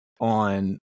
on